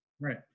Right